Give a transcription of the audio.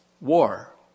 War